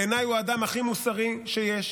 בעיניי הוא האדם הכי מוסרי שיש,